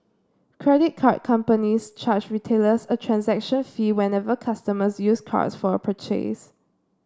credit card companies charge retailers a transaction fee whenever customers use cards for a purchase